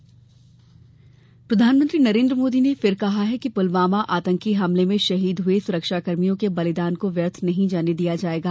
प्रधानमंत्री प्रधानमंत्री नरेन्द्र मोदी ने फिर कहा है कि पुलवामा आतंकी हमले में शहीद हुए सुरक्षाकर्मियों के बलिदान को व्यर्थ नहीं जाने दिया जायेगा